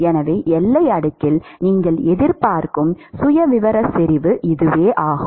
எனவே எல்லை அடுக்கில் நீங்கள் எதிர்பார்க்கும் சுயவிவர செறிவு இதுவாகும்